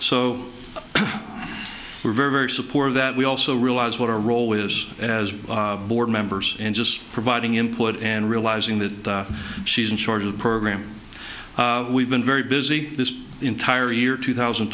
so we're very very supportive that we also realize what our role is as board members in just providing input and realizing that she's in charge of the program we've been very busy this entire year two thousand